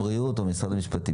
משרד הבריאות, משרד המשפטים,